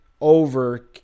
over